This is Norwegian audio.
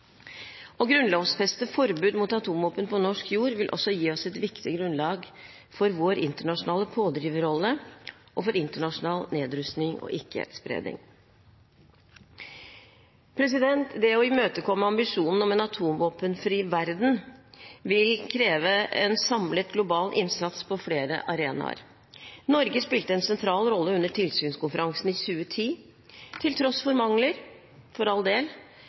Å grunnlovfeste forbud mot atomvåpen på norsk jord vil også gi oss et viktig grunnlag for vår internasjonale pådriverrolle for internasjonal nedrustning og ikke-spredning. Det å imøtekomme ambisjonen om en atomvåpenfri verden vil kreve en samlet global innsats på flere arenaer. Norge spilte en sentral rolle under tilsynskonferansen i 2010. Til tross for mangler, for all del: